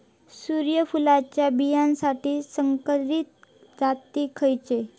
सूर्यफुलाच्या बियानासाठी संकरित जाती खयले?